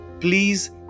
please